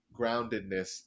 groundedness